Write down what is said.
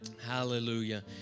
Hallelujah